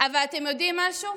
אבל אתם יודעים משהו?